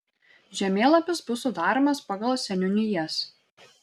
žemėlapis bus sudaromas pagal seniūnijas